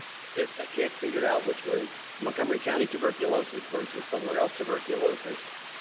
since i can't figure out which was montgomery county tuberculosis versus somewhere else tuberculosis,